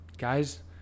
Guys